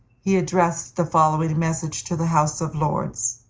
he addressed the following message to the house of lords.